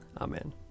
Amen